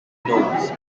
knows